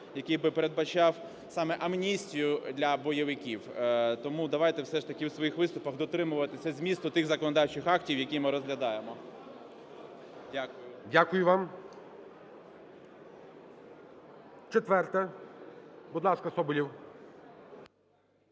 який би передбачав саме амністію для бойовиків. Тому давайте все ж таки у своїх виступах дотримуватися змісту тих законодавчих актів, які ми розглядаємо. Дякую. ГОЛОВУЮЧИЙ. Дякую вам. 4-а. Будь ласка, Соболєв.